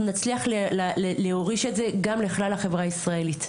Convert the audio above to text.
נצליח להוריש את זה גם לכלל החברה הישראלית.